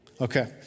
Okay